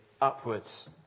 upwards